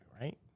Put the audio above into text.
right